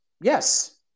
Yes